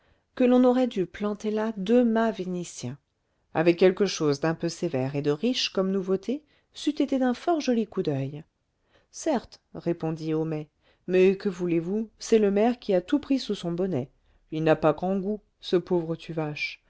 que l'on aurait dû planter là deux mâts vénitiens avec quelque chose d'un peu sévère et de riche comme nouveautés c'eût été d'un fort joli coup d'oeil certes répondit homais mais que voulez-vous c'est le maire qui a tout pris sous son bonnet il n'a pas grand goût ce pauvre tuvache